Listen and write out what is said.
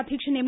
അധ്യക്ഷൻ എം